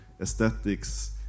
aesthetics